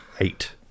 Eight